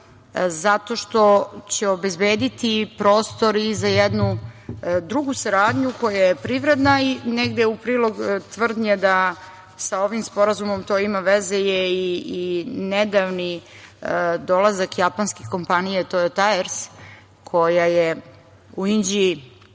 zato što će obezbediti prostor i za jednu drugu saradnju koja je privredna. Negde u prilog tvrdnje da sa ovim sporazumom to ima veze je i nedavni dolazak japanske kompanije „Tojo Tajers“ u Inđiji,